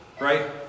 right